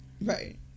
Right